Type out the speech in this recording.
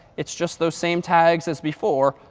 it's just those same tags as before,